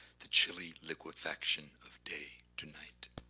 the chilly liquefaction of day to night.